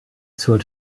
zur